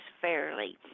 fairly